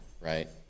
right